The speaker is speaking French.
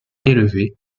élevée